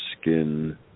skin